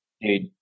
Dude